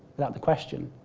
without the question.